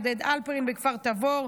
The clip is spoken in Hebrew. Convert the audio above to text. עודד הלפרין בכפר תבור,